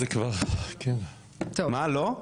מה לא?